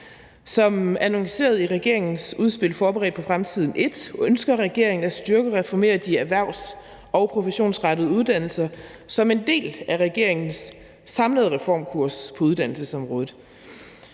Som annonceret i regeringens udspil »Forberedt på fremtiden I« ønsker regeringen at styrke og reformere de erhvervs- og professionsrettede uddannelser som en del af regeringens samlede reformkurs på uddannelsesområdet.